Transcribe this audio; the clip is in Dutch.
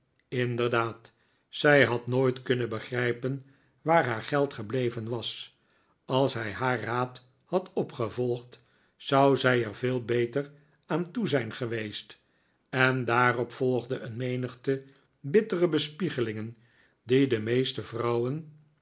inderdaad zij had nooit kunnen begrijpen waar haar geld gebleven was als hij haar raad had opgevolgd zou zij er veel beter aan toe zijn geweest en daarop volgde een menigte bittere bespiegelingen die de meeste vrouwen